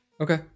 okay